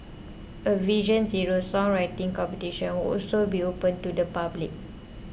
a Vision Zero songwriting competition will also be open to the public